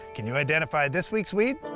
can you identify this week's weed?